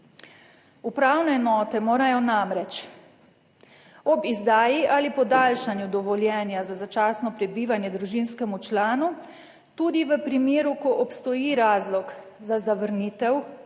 Upravne enote morajo namreč ob izdaji ali podaljšanju dovoljenja za začasno prebivanje družinskemu članu, tudi v primeru, ko obstoji razlog za zavrnitev